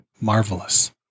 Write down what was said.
marvelous